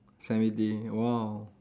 semi D !wow!